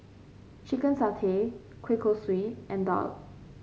Chicken Satay Kueh Kosui and Daal